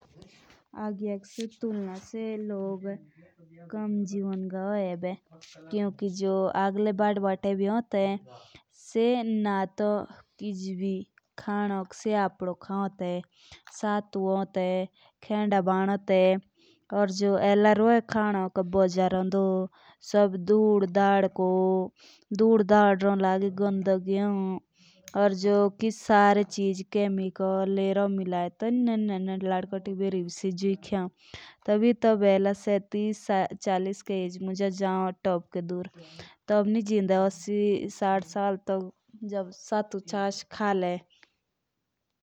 एला के जमाने मुंज केएम जीवन गा होए किउकी अगले स्नान स्नान भी होन ते से खानोक अपना खाओ ते घर को खानो खाओ ते कुस सातु, खेंदा खाओ ते। या इला के जमाने मुंज भैरो का खाना खाओ लड़कोटू बेरी भी से खिलाओ।